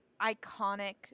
iconic